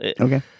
Okay